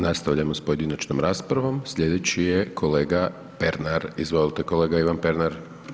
Nastavljamo s pojedinačnom raspravom, slijedeći je kolega Pernar, izvolite kolega Ivan Pernar.